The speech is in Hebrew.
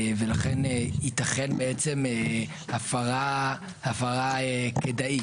ולכן תיתכן הפרה כדאית.